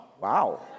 Wow